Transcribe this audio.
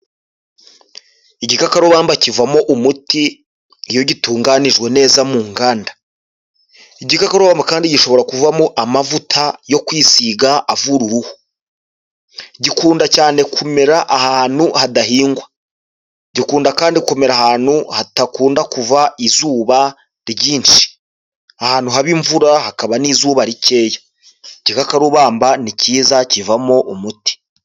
Igikakarubamba kivamo umuti iyo gitunganijwe neza mu nganda, igikakarubamba kandi gishobora kuvamo amavuta yo kwisiga avura uruhu, gikunda cyane kumera ahantu hadahingwa, gikunda kandi kumerara ahantu hadakunda kuva izuba ryinshi, ahantu haba imvura hakaba n'izuba rikeya, igikakarubamba ni kiza kivamo umuti.